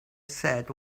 said